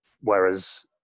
Whereas